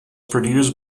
produced